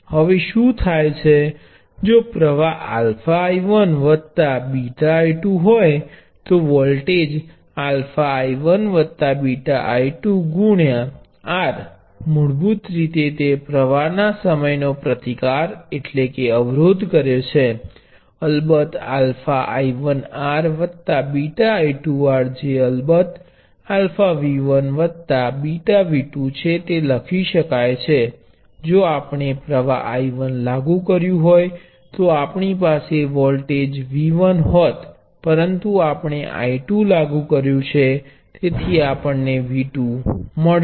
હવે શું થાય છે જો પ્ર્વાહ αI1 βI 2 હોય તો વોલ્ટેજ જે અલબત્ત α V1 β V2 છે તે લખી શકાય છે જો આપણે પ્ર્વાહ I1 લાગુ કર્યું હોય તો આપણી પાસે વોલ્ટેજ V 1 હોત પરંતુ આપણે I 2 લાગુ કર્યું છે તેથી આપણને V2 મળશે